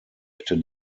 mitte